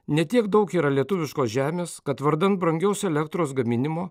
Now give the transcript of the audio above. ne tiek daug yra lietuviškos žemės kad vardan brangios elektros gaminimo